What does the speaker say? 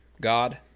God